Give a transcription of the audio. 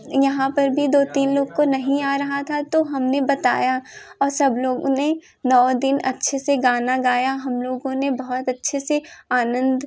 यहाँ पर भी दो तीन लोग को नहीं आ रहा था तो हमने बताया और सब लोगों ने नौ दिन अच्छे से गाना गाया हम लोगों ने बहुत अच्छे से आनंद